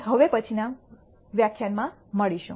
હવે પછીનાં વ્યાખ્યાનમાં મળીશું